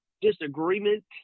disagreement